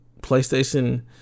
PlayStation